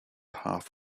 half